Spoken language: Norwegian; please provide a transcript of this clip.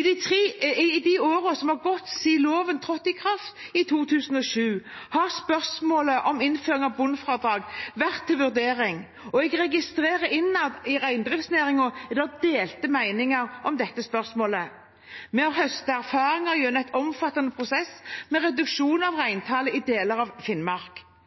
I de årene som har gått siden loven trådte i kraft, i 2007, har spørsmålet om innføring av et bunnfradrag vært til vurdering, og jeg registrerer at innad i reindriftsnæringen er det delte meninger om spørsmålet med å høste erfaringer gjennom en omfattende prosess med reduksjon av reintallet i deler av Finnmark.